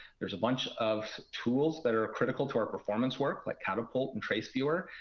there's a bunch of tools that are critical to our performance work, like catapult and trace viewer,